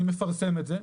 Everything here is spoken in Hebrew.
אני מפרסם את זה.